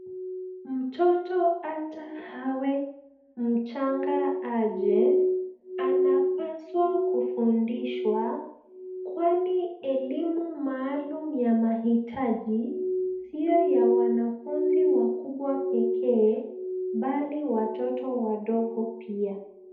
Mtoto hata awe mchanga aje, anapaswa kufundishwa, kwani elimu maaluma ya mahitaji sio ya wanafunzi wakubwa pekee bali watoto wadogo pia.